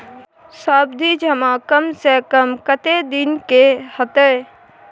सावधि जमा कम से कम कत्ते दिन के हते?